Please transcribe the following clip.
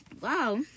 Wow